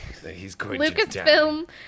Lucasfilm